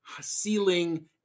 ceiling